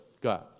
God